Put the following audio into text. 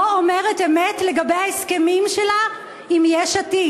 לא אומרת אמת לגבי ההסכמים שלה עם יש עתיד?